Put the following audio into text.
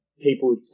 People